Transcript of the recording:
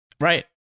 Right